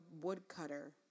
woodcutter